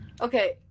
Okay